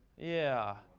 yeah.